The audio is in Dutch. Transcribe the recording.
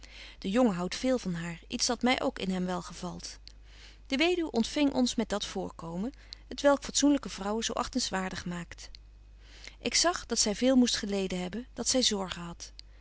de jongen houdt veel van haar iets dat my ook in hem wel gevalt de weduw ontfing ons met dat voorkomen t welk fatsoenlyke vrouwen zo achtingwaardig maakt ik zag dat zy veel moest geleden hebben dat zy zorgen hadt